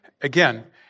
again